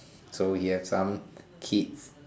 so he has some kids